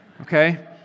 Okay